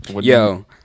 Yo